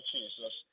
Jesus